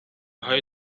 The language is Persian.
های